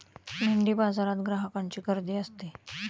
मेंढीबाजारात ग्राहकांची गर्दी असते